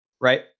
right